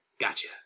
Gotcha